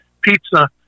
pizza